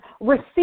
receive